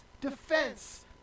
defense